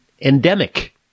endemic